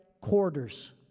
quarters